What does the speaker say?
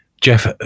Jeff